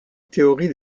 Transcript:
théorie